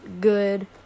good